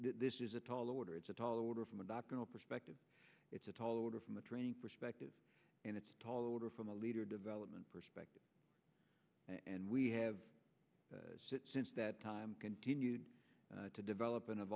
this is a tall order it's a tall order from a doctoral perspective it's a tall order from a training perspective and it's a tall order from a leader development perspective and we have since that time continued to develop and